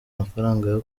amafaranga